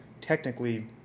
technically